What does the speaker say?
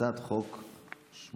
הצעת חוק 816/25,